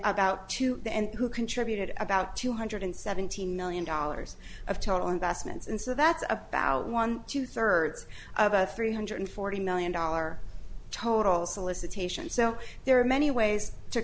about two and who contributed about two hundred seventy million dollars of total investments and so that's about one two thirds of a three hundred forty million dollar total solicitation so there are many ways to